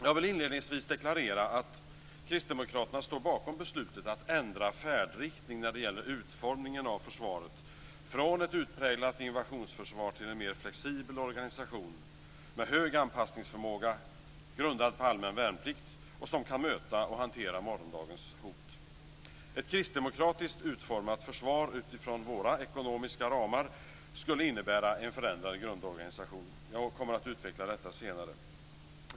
Jag vill inledningsvis deklarera att Kristdemokraterna står bakom beslutet att ändra färdriktning när det gäller utformningen av försvaret från ett utpräglat invasionsförsvar till en mer flexibel organisation med hög anpassningsförmåga, grundad på allmän värnplikt som kan möta och hantera morgondagens hot. Ett kristdemokratiskt utformat försvar utifrån våra ekonomiska ramar skulle innebära en förändrad grundorganisation. Jag kommer att utveckla detta senare.